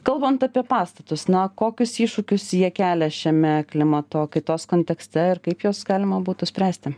kalbant apie pastatus na kokius iššūkius jie kelia šiame klimato kaitos kontekste ir kaip juos galima būtų spręsti